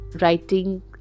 writing